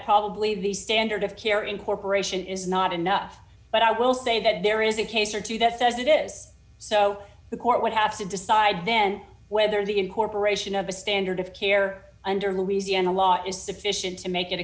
probably the standard of care incorporation is not enough but i will say that there is a case or two that says it is so the court would have to decide then whether the incorporation of a standard of care under louisiana law is sufficient to make it a